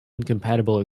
incompatible